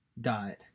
died